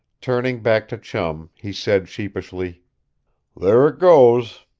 turning back to chum, he said sheepishly there it goes.